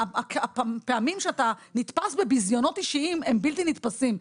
הפעמים שאתה נתפס בביזיונות אישיים הם בלתי נתפסים.